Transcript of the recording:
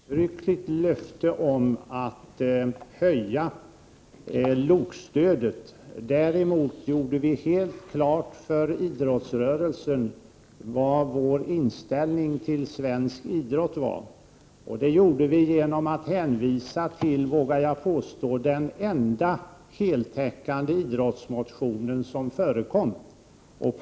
Fru talman! Jag vill gärna till Jan Hyttring säga att moderata samlingspartiet visserligen inte gav något uttryckligt löfte om att höja LOK-stödet, men att vi gjorde helt klart för idrottsrörelsen vad vår inställning till svensk idrott var. Det gjorde vi genom att hänvisa till — vågar jag påstå — den enda heltäckande idrottsmotion som förekommer.